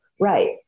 right